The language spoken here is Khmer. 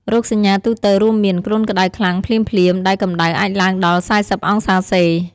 រោគសញ្ញាទូទៅរួមមាន គ្រុនក្តៅខ្លាំងភ្លាមៗ ដែលកម្ដៅអាចឡើងដល់ ៤០ អង្សាសេ។